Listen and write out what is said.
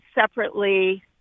separately